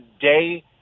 day